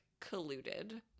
colluded